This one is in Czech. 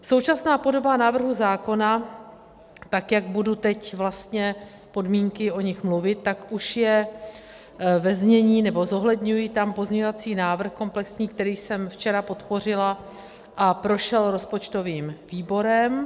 Současná podoba návrhu zákona, tak jak budu teď vlastně podmínky, o nich mluvit, tak už je ve znění, nebo zohledňuji tam pozměňovací návrh komplexní, který jsem včera podpořila a prošel rozpočtovým výborem.